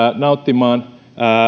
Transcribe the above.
nauttimaan